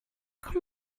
could